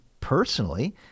personally